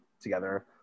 together